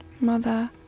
Mother